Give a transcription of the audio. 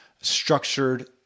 structured